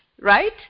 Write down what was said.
right